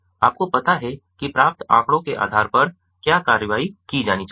आपको पता है कि प्राप्त आंकड़ों के आधार पर क्या कार्रवाई की जानी चाहिए